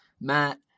Matt